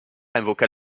invoqua